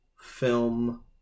film